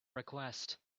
request